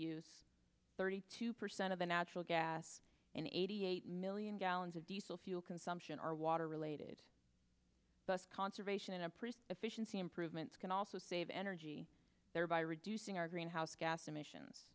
use thirty two percent of the natural gas and eighty eight million gallons of diesel fuel consumption are water related thus conservation and efficiency improvements can also save energy thereby reducing our greenhouse gas emissions